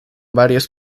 varios